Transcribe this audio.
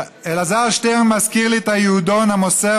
אלעזר שטרן מזכיר לי את היהודון המוסר